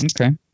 Okay